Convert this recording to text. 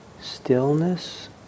Stillness